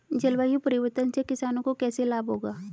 जलवायु परिवर्तन से किसानों को कैसे लाभ होगा?